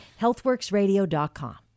healthworksradio.com